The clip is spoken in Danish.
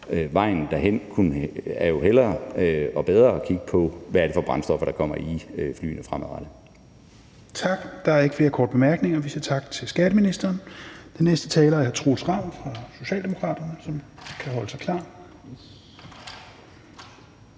vejen derhen er det jo bedre at kigge på, hvad det er for brændstoffer, der kommer i flyene fremadrettet. Kl. 15:44 Tredje næstformand (Rasmus Helveg Petersen): Der er ikke flere korte bemærkninger. Vi siger tak til skatteministeren. Den næste taler er hr. Troels Ravn fra Socialdemokratiet, som kan holde sig klar.